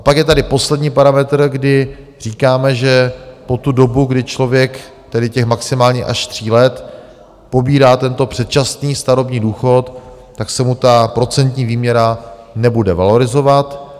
Pak je tady poslední parametr, kdy říkáme, že po tu dobu, kdy člověk tedy těch maximálně až tří let pobírá tento předčasný starobní důchod, tak se mu ta procentní výměra nebude valorizovat.